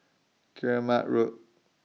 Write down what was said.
Keramat Road